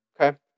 Okay